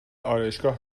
آرایشگاه